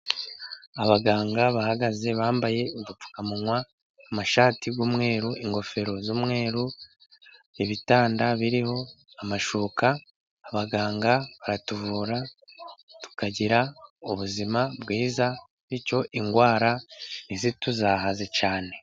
Abaganga bahagaze bambaye udupfukamunwa, amashati y'umweru, ingofero z'umweru, n'ibitanda biriho amashuka, abaganga baratuvura tukagira ubuzima bwiza bityo indwara ntizituzahaze cyane.